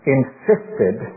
insisted